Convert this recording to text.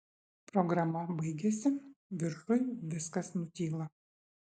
programa baigiasi viršuj viskas nutyla